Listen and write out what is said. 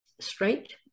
straight